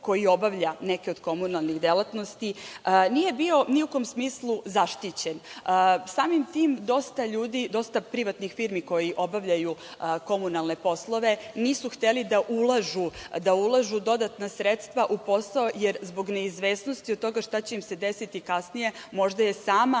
koji obavlja neke od komunalnih delatnosti, nije bio ni u kom smislu zaštićen. Samim tim, dosta ljudi, dosta privatnih firmi koje obavljaju komunalne poslove, nisu hteli da ulažu dodatna sredstva u posao, jer zbog neizvesnosti od toga šta će im se desiti kasnije, možda sama